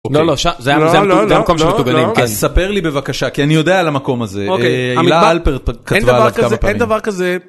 לא לא, זה המקום של הטוגנים, ספר לי בבקשה, כי אני יודע על המקום הזה, הילה הלפרט כתבה עליו כמה פעמים, אוקיי, אין דבר כזה.